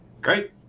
Great